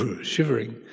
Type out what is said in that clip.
shivering